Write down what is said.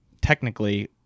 technically